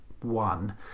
One